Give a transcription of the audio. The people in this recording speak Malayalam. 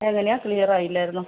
എങ്ങനയാണ് ക്ലിയർ ആയില്ലായിരുന്നു